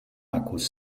akkus